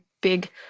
big